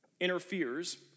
interferes